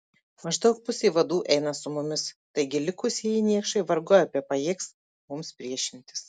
maždaug pusė vadų eina su mumis taigi likusieji niekšai vargu ar bepajėgs mums priešintis